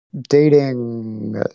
dating